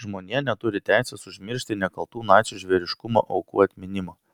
žmonija neturi teisės užmiršti nekaltų nacių žvėriškumo aukų atminimo